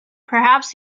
perhaps